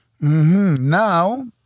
Now